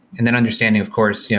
and then understanding, of course, yeah